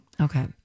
Okay